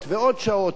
עוד צלמים,